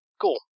Cool